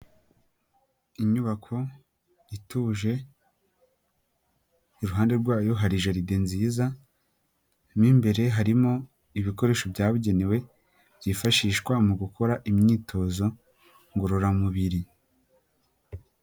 Inyubako ituje iruhande rwayo hari jaride nziza, mu imbere harimo ibikoresho byabugenewe byifashishwa mu gukora imyitozo ngororamubiri.